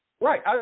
Right